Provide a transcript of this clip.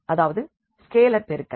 அதாவது ஸ்கேலர் பெருக்கல்